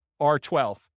R12